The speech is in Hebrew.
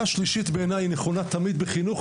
שלישית בעיניי היא נכונה תמיד בחינוך,